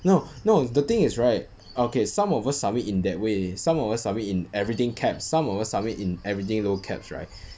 no no the thing is right okay some of us submit in that way some of us submit in everything caps some of us submit in everything no caps right